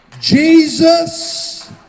Jesus